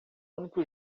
único